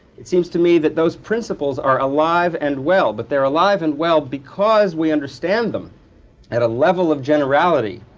it seems to me that those principles are alive and well, but they're alive and well because we understand them at a level of generality